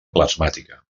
plasmàtica